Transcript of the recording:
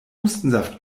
hustensaft